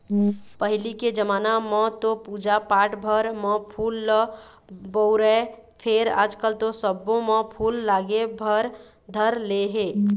पहिली के जमाना म तो पूजा पाठ भर म फूल ल बउरय फेर आजकल तो सब्बो म फूल लागे भर धर ले हे